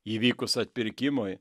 įvykus atpirkimui